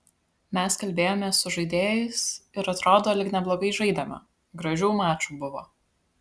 mes kalbėjomės su žaidėjais ir atrodo lyg neblogai žaidėme gražių mačų buvo